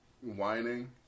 whining